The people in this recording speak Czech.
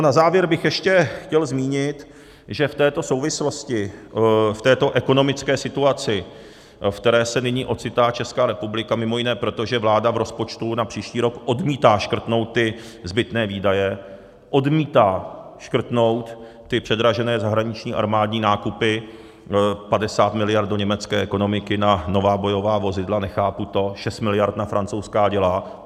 Na závěr bych ještě chtěl zmínit, že v této souvislosti, v této ekonomické situaci, ve které se nyní ocitá Česká republika mimo jiné proto, že vláda v rozpočtu na příští rok odmítá škrtnout zbytné výdaje, odmítá škrtnout předražené zahraniční armádní nákupy, 50 miliard do německé ekonomiky na nová bojová vozidla, nechápu to, 6 miliard na francouzská děla.